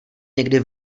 někdy